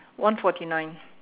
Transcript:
one forty nine